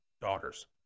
daughters